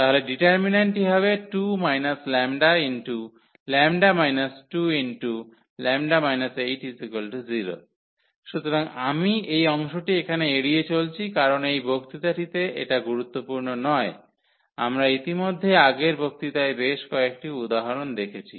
তাহলে ডিটারমিনান্টটি হবে সুতরাং আমি এই অংশটি এখানে এড়িয়ে চলছি কারণ এই বক্তৃতাটিতে এটা গুরুত্বপূর্ণ নয় আমরা ইতিমধ্যেই আগের বক্তৃতায় বেশ কয়েকটি উদাহরণ দেখেছি